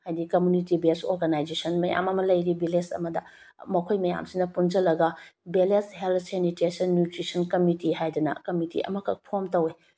ꯍꯥꯏꯗꯤ community base organisation ꯃꯌꯥꯝ ꯑꯃ ꯂꯩꯔꯤ ꯕꯤꯂꯦꯖ ꯑꯃꯗ ꯃꯈꯣꯏ ꯃꯌꯥꯝꯁꯤꯅ ꯄꯨꯟꯖꯤꯜꯂꯒ village health sanitation nutrition committee ꯍꯥꯏꯗꯅ ꯀꯃꯤꯇꯤ ꯑꯃꯈꯛ ꯐꯣꯝ ꯇꯧꯋꯤ